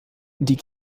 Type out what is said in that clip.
die